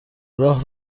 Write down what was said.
راه